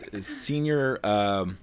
senior